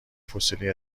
فسیلی